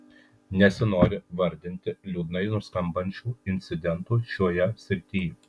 nesinori vardinti liūdnai nuskambančių incidentų šioje srityj